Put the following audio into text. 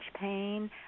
pain